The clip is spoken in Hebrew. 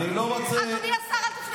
אדוני השר.